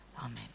Amen